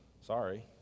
Sorry